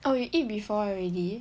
oh you eat before already